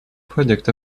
product